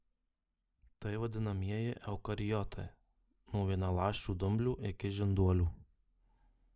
tai vadinamieji eukariotai nuo vienaląsčių dumblių iki žinduolių